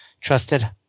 trusted